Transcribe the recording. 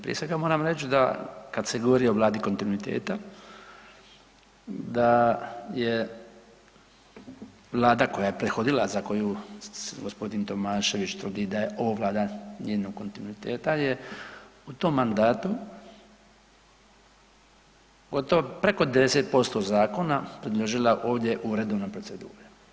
Prije svega moram reći da kada se govori o Vladi kontinuiteta da je Vlada koja je prethodila za koju gospodin Tomašević tvrdi da je … njenog kontinuiteta je u tom mandatu gotovo preko 10% zakona predložila ovdje u redovnoj proceduri.